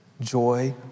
joy